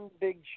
big